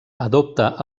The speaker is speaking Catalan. adopta